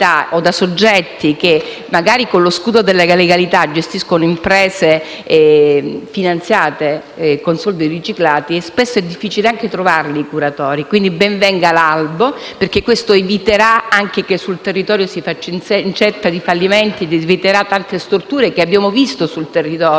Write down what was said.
o da soggetti che, magari con lo scudo della legalità, gestiscono imprese finanziate con soldi riciclati, spesso è difficile anche trovare dei curatori. Quindi ben venga l'albo, perché questo eviterà che sul territorio si faccia incetta di fallimenti ed eviterà tante storture che abbiamo visto sul territorio.